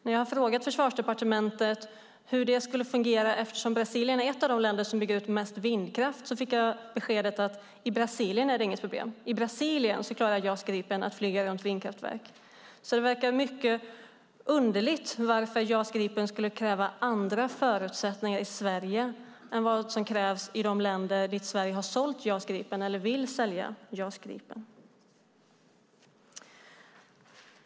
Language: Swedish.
När jag frågade Försvarsdepartementet hur det skulle fungera, eftersom Brasilien är ett av de länder som bygger ut mest vindkraft, fick jag beskedet att det inte är något problem i Brasilien. I Brasilien klarar JAS Gripen att flyga runt vindkraftverk. Det verkar mycket underligt att JAS Gripen skulle kräva andra förutsättningar i Sverige än vad som krävs i de länder dit Sverige har sålt eller vill sälja JAS Gripen.